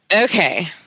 Okay